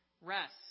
rest